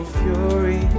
fury